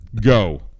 Go